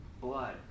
blood